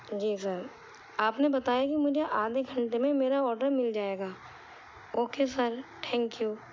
جی sir آپ نے بتایا کہ مجھے آدھے گھنٹے میں میرا آڈر مل جائے گا اوکے سر تھینک یو